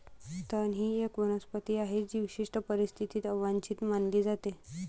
तण ही एक वनस्पती आहे जी विशिष्ट परिस्थितीत अवांछित मानली जाते